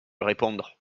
répondre